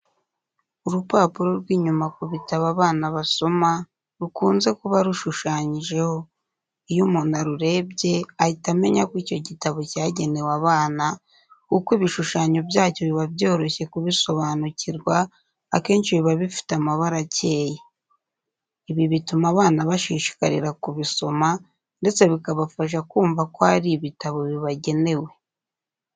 Urupapuro rw'inyuma ku bitabo abana basoma rukunze kuba rushushanyijeho. Iyo umuntu arurebye, ahita amenya ko icyo gitabo cyagenewe abana, kuko ibishushanyo byacyo biba byoroshye kubisobanukirwa, akenshi biba bifite amabara akeye. Ibi bituma abana bashishikarira kubisoma ndetse bikabafasha kumva ko ari ibitabo bibagenewe.